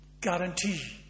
guarantee